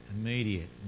immediate